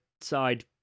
side